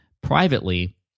privately